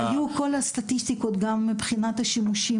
היו כל הסטטיסטיקות גם מבחינת השימושים